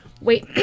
Wait